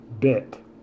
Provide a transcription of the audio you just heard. bit